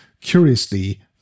curiously